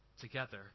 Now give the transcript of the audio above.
together